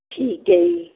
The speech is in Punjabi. ਠੀਕ ਹੈ ਜੀ